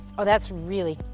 ah that's really,